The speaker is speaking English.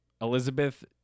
Elizabeth